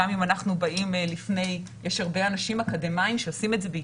גם אם אנחנו באים לפני יש הרבה אנשים אקדמאיים שעושה את זה בהתנדבות,